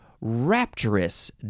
rapturous